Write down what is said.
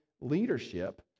leadership